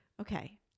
Okay